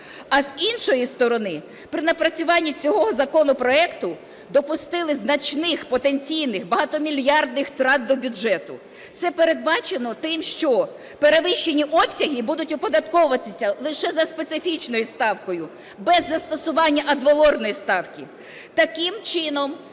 А з іншої сторони, при напрацюванні цього законопроекту, допустили значних потенційних багатомільярдних трат до бюджету. Це передбачено тим, що перевищені обсяги будуть оподатковуватися лише за специфічною ставкою, без застосування адвалорної ставки.